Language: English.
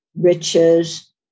riches